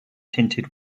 tinted